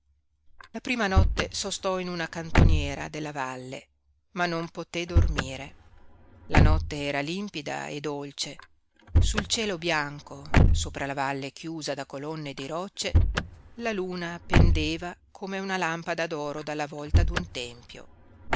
la prima notte sostò in una cantoniera della valle ma non poté dormire la notte era limpida e dolce sul cielo bianco sopra la valle chiusa da colonne di rocce la luna pendeva come una lampada d'oro dalla volta d'un tempio